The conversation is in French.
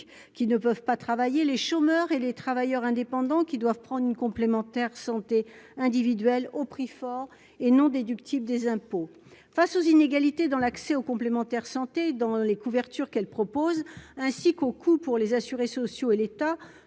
qui ne peuvent pas travailler les chômeurs et les travailleurs indépendants qui doivent prendre une complémentaire santé individuelle au prix fort et non déductible des impôts face aux inégalités dans l'accès aux complémentaires santé dans les couvertures qu'elle propose ainsi qu'aux coûts pour les assurés sociaux et l'État